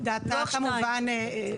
אז נכון, תמ"א 35,